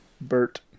Bert